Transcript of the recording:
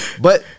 But-